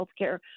healthcare